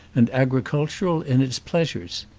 and agricultural in its pleasures.